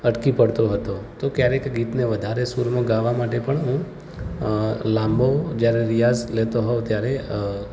અટકી પડતો હતો તો ક્યારેક ગીતને વધારે સૂરમાં ગાવા માટે પણ હું લાંબો જયારે રિયાઝ લેતો હોઉં ત્યારે